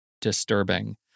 disturbing